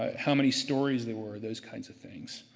ah how many stories they were, those kinds of things.